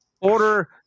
order